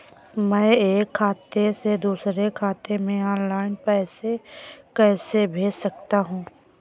मैं एक खाते से दूसरे खाते में ऑनलाइन पैसे कैसे भेज सकता हूँ?